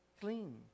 Clean